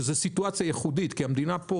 שזו סיטואציה ייחודית כי המדינה פה